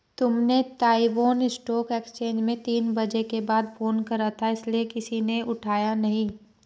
तुमने Taiwan stock exchange में तीन बजे के बाद फोन करा था इसीलिए किसी ने उठाया नहीं